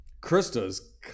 Krista's